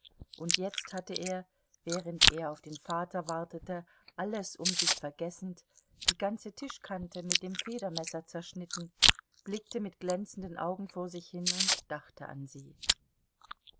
und jetzt hatte er während er auf den vater wartete alles um sich vergessend die ganze tischkante mit dem federmesser zerschnitten blickte mit glänzenden augen vor sich hin und dachte an sie